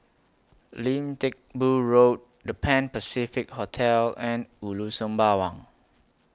Lim Teck Boo Road The Pan Pacific Hotel and Ulu Sembawang